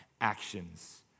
actions